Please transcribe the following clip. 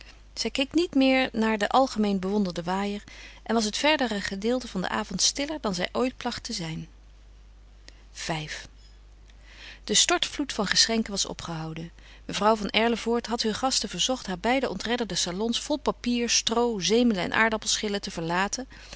zij keek niet meer naar den algemeen bewonderden waaier en was het verdere gedeelte van den avond stiller dan zij ooit placht te zijn v de stortvloed van geschenken was opgehouden mevrouw van erlevoort had heur gasten verzocht haar beide ontredderde salons vol papier stroo zemelen en aardappelschillen te verlaten